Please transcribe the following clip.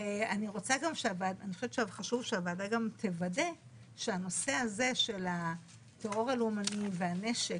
אני חושבת שחשוב שהוועדה תוודא שהנושא הזה של הטרור הלאומני והנשק